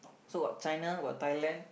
so got China got Thailand